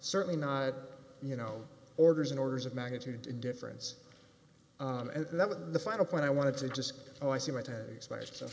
certainly not you know orders and orders of magnitude difference that was the final point i wanted to just oh i see what to expect